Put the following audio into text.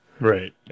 Right